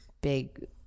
Big